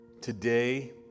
today